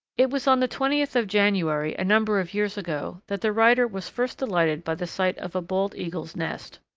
it was on the twentieth of january, a number of years ago, that the writer was first delighted by the sight of a bald eagle's nest.